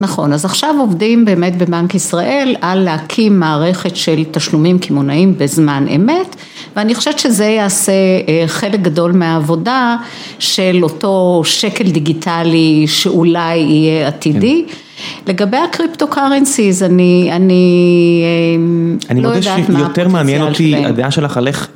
נכון, אז עכשיו עובדים באמת בבנק ישראל על להקים מערכת של תשלומים קמעונאים בזמן אמת ואני חושבת שזה יעשה חלק גדול מהעבודה של אותו שקל דיגיטלי שאולי יהיה עתידי. לגבי הקריפטו קרנציז אני לא יודעת מה... אני חושב שיותר מעניין אותי הדעה שלך על איך